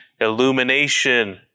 illumination